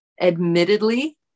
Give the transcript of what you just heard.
admittedly